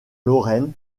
lorraine